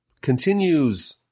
Continues